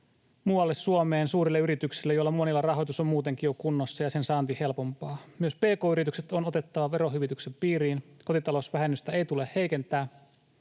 muualle Suomeen suurille yrityksille, joista monilla rahoitus on muutenkin jo kunnossa ja sen saanti helpompaa. Myös pk-yritykset on otettava verohyvityksen piiriin. Kotitalousvähennystä ei tule heikentää,